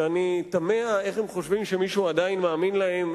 שאני תמה איך הם חושבים שמישהו עדיין מאמין להם,